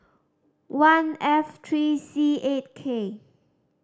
one F three C eight K